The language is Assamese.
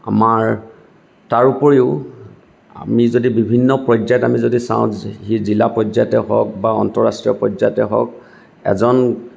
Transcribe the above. আমাৰ তাৰ উপৰিও আমি যদি বিভিন্ন পৰ্যায়ত আমি যদি চাওঁ জিলা পৰ্যায়তেই হওক বা আন্তঃৰাষ্ট্ৰীয় পৰ্যায়তে হওক এজন